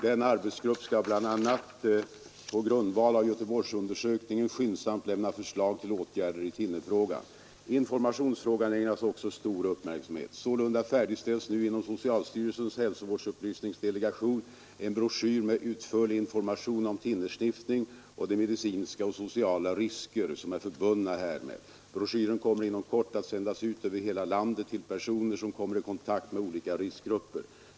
Denna arbetsgrupp skall bl.a. på grundval av Göteborgsundersökningen skyndsamt lämna förslag till åtgärder i thinnerfrågan. Informationsfrågan ägnas också stor uppmärksamhet. Sålunda färdigställs nu inom socialstyrelsens hälsovårdsupplysningsdelegation en broschyr med utförlig information om thinnersniffning och de medicinska och sociala risker som är förbundna härmed. Broschyren skall inom kort sändas ut över hela landet till personer som kommer i kontakt med olika riskgrupper.